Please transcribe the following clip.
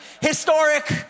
Historic